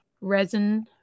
resin